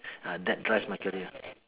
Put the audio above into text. ah that drives my career